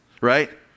right